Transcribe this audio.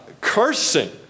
cursing